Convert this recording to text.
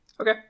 Okay